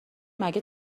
مگه